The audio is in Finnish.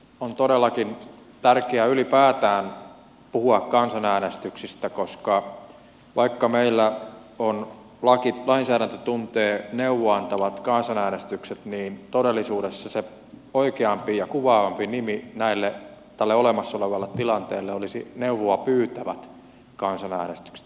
on todellakin tärkeää ylipäätään puhua kansanäänestyksistä koska vaikka meillä lainsäädäntö tuntee neuvoa antavat kansanäänestykset niin todellisuudessa se oikeampi ja kuvaavampi nimi tälle olemassa olevalle tilanteelle olisi neuvoa pyytävät kansanäänestykset